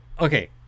Okay